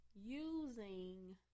using